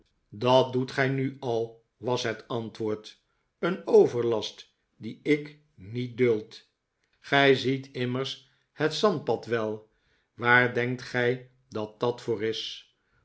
dat doet gij nu al was het antwoord t een overlast dien ik niet duld gij ziet immers het zandpad wel waar denkt gij dat dat voor is